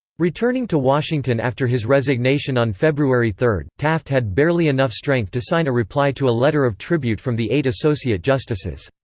returning to washington after his resignation on february three, taft had barely enough strength to sign a reply to a letter of tribute from the eight associate justices.